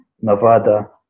Nevada